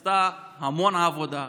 נעשו המון עבודה,